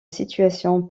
situation